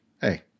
hey